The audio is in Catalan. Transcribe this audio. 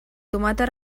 tomata